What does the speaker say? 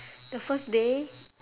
the first day